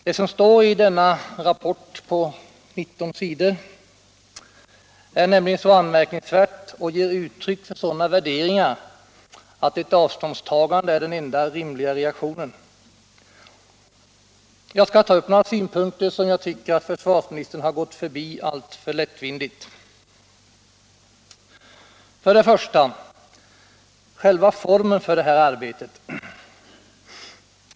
Det som står i denna rapport på 19 sidor är nämligen så anmärkningsvärt och ger uttryck för sådana värderingar att ett avståndstagande är den enda rimliga reaktionen. Jag skall ta upp några punkter, som jag tycker att försvarsministern har gått förbi alltför lättvindigt. Det gäller för det första själva formen för detta arbete.